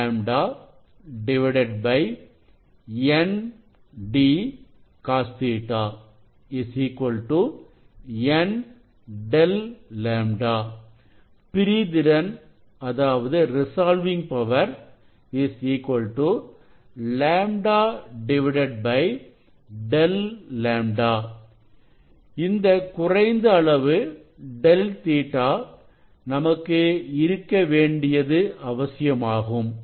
λ N d CosƟ n Δλ பிரிதிறன் λ Δλ இந்த குறைந்த அளவு கோணம் ΔƟ நமக்கு இருக்கவேண்டிய அவசியமாகும்